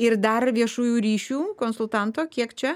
ir dar viešųjų ryšių konsultanto kiek čia